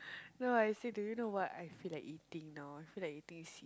no I say do you know what I feel like eating now I feel like eating s~